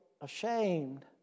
ashamed